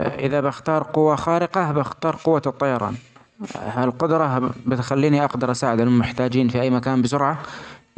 إذا بختار قوة خارقة بختار قوة الطيران ها القدرة تخليني أقدر أساعد المحتاجين في أي مكان بسرعة